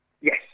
yes